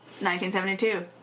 1972